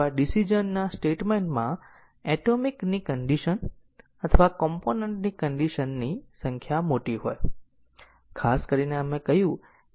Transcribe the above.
તેથી 1 4 માર્ગ 1 2 3 4 પાથ હશે 1 2 3 1 2 3 4 પાથ 1 2 3 1 2 3 1 2 3 ઇચ્છા અને 4 એક માર્ગ હશે